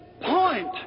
point